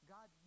God